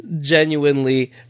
genuinely